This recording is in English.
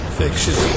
fiction